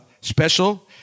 special